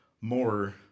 more